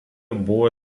buvo